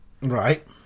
Right